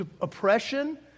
oppression